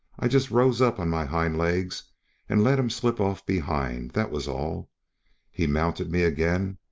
i just rose up on my hind legs and let him slip off behind that was all he mounted me again,